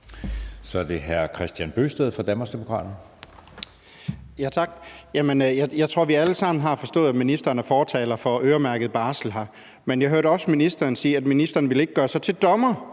Så er det hr. Kristian Bøgsted fra Danmarksdemokraterne. Kl. 15:34 Kristian Bøgsted (DD): Tak. Jeg tror, vi alle sammen har forstået, at ministeren er fortaler for øremærket barsel, men jeg hørte også ministeren sige, at ministeren ikke ville gøre sig til dommer